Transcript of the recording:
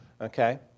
okay